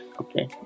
Okay